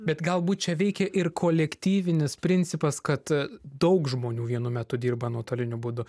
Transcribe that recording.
bet galbūt čia veikė ir kolektyvinis principas kad daug žmonių vienu metu dirba nuotoliniu būdu